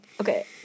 Okay